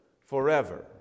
forever